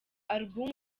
album